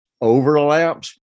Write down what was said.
overlaps